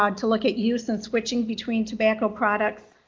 um to look at use and switching between tobacco products,